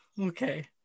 Okay